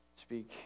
speak